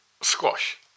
squash